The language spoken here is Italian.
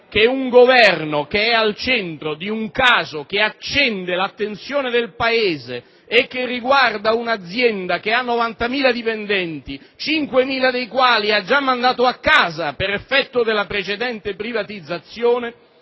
Capo di Governo che è al centro di un caso che accende l'attenzione del Paese e che riguarda un'azienda che ha 90.000 dipendenti, 5.000 dei quali già rimandati a casa per effetto della precedente privatizzazione,